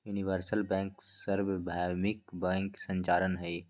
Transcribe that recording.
universal bank सर्वभौमिक bank संरचना हई